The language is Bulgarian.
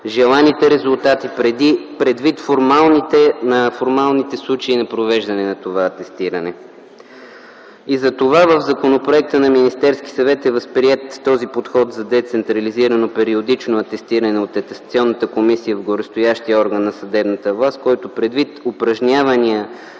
желаните резултати, предвид формалните случаи на провеждане на това атестиране. Затова в законопроекта на Министерския съвет е възприет този подход за децентрализирано периодично атестиране от атестационната комисия на горестоящия орган на съдебната власт, който предвид упражнявания